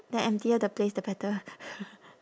the emptier the place the better